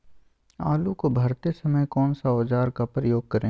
आलू को भरते समय कौन सा औजार का प्रयोग करें?